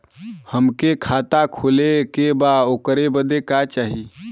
हमके खाता खोले के बा ओकरे बादे का चाही?